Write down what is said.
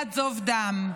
עד זוב דם.